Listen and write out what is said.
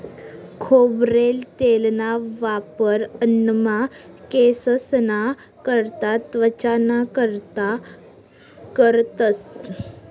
खोबरेल तेलना वापर अन्नमा, केंससना करता, त्वचाना कारता करतंस